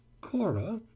Cora